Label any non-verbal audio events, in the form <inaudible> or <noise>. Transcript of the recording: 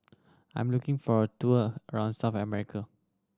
I am looking for a tour around South <unintelligible>